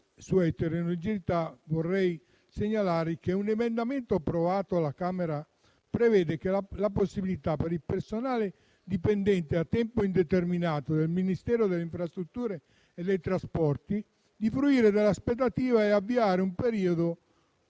sua eterogeneità, vorrei segnalare che un emendamento approvato alla Camera dei deputati prevede la possibilità per il personale dipendente a tempo indeterminato del Ministero delle infrastrutture e dei trasporti di fruire dell'aspettativa e avviare o